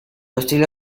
estilo